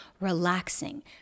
relaxing